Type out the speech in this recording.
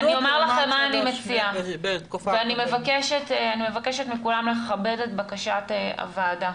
אני אומר לכם מה אני מציעה ואני מבקשת מכולם לכבד את בקשת הוועדה.